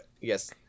Yes